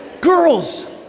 Girls